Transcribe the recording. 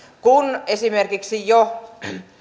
kun esimerkiksi jo